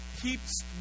keeps